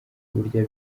urya